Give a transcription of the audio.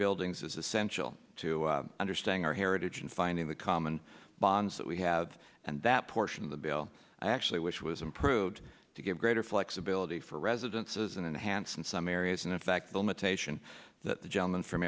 buildings is essential to understanding our heritage and finding the common bonds that we have and that portion of the bill actually which was improved to give greater flexibility for residences and enhanced in some areas and in fact the limitation that the gentleman from